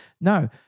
no